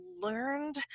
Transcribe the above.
learned